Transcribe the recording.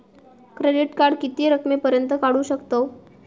Credit card किती रकमेपर्यंत काढू शकतव?